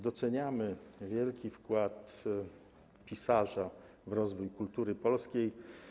Doceniamy wielki wkład pisarza w rozwój kultury polskiej.